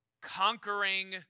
conquering